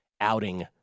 outing